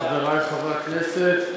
חברי חברי הכנסת,